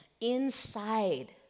inside